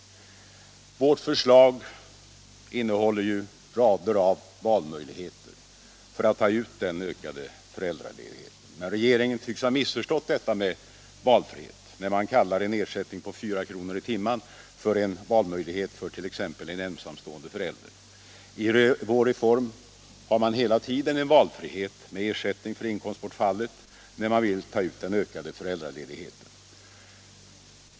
Vårt förslag innehåller rader av valmöjligheter för att ta ut den ökade föräldraledigheten. Regeringen tycks emellertid ha missförstått begreppet valfrihet när den kallar en ersättning på 4 kr. i timmen för en valmöjlighet för t.ex. en ensamstående förälder. I vår reform har man hela tiden en valfrihet med ersättning för inkomstbortfallet när man vill ta ut den ökade föräldraledigheten.